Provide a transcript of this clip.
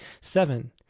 seven